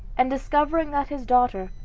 and discovering that his daughter,